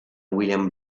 william